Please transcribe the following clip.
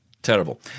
Terrible